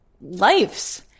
lives